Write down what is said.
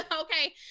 okay